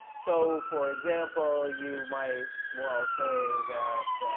so, for example, you might well say that